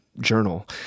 journal